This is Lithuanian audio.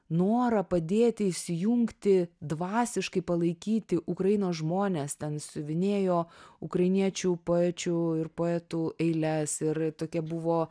norą padėti įsijungti dvasiškai palaikyti ukrainos žmones ten siuvinėjo ukrainiečių poečių ir poetų eiles ir tokia buvo